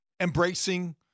embracing